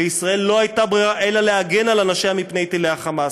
לישראל לא הייתה ברירה אלא להגן על אנשיה מפני טילי ה'חמאס'.